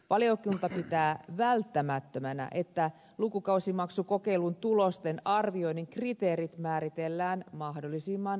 valiokunta pitää välttämättömänä että lukukausimaksukokeilun tulosten arvioinnin kriteerit määritellään mahdollisimman nopeasti